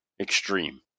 extreme